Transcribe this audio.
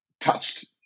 touched